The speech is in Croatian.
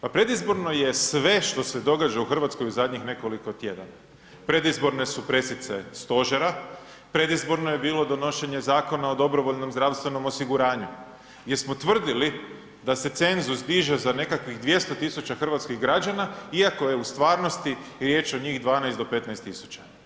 Pa predizborno je sve što se događa u Hrvatskoj u zadnjih nekoliko tjedana, predizborne su presice stožera, predizborno je bilo donošenje Zakona o dobrovoljnom zdravstvenom osiguranju gdje smo tvrdili da se cenzus diže za nekakvih 200 000 hrvatskih građana iako je u stvarnosti riječ o njih 12 do 15 000.